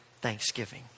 thanksgiving